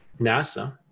NASA